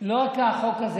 לא החוק הזה,